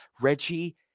Reggie